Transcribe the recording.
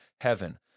heaven